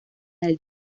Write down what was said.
del